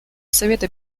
совета